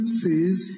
says